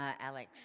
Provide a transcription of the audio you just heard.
Alex